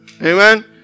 Amen